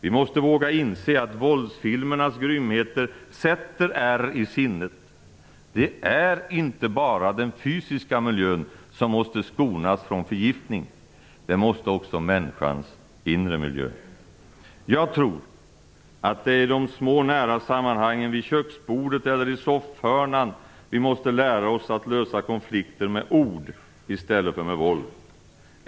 Vi måste våga inse att våldsfilmernas grymheter sätter ärr i sinnet. Det är inte bara den fysiska miljön som måste skonas från förgiftning, det måste också människans inre miljö. Jag tror att det är i de små nära sammanhangen, vid köksbordet eller i soffhörnan, som vi måste lära oss att lösa konflikter med ord i stället för med våld.